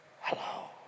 hello